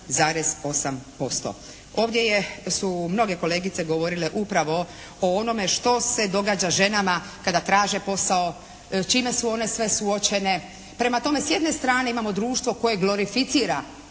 Ovdje su mnoge kolegice govorile upravo o onome što se događa ženama kada traže posao, s čime su one sve suočene. Prema tome, s jedne strane imamo društvo koje glorificira